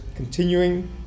continuing